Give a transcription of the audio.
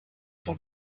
sur